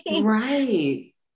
right